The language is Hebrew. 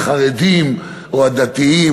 החרדים או הדתיים.